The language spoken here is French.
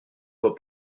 vois